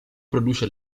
produce